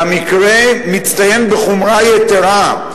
והמקרה מצטיין בחומרה יתירה,